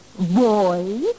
boy